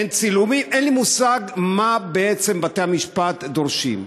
אין צילומים אין לי מושג מה בעצם בתי המשפט דורשים.